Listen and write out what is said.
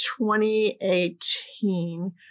2018